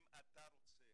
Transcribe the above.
אם אתה רוצה,